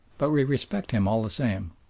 but we respect him all the same,